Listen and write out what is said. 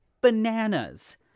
bananas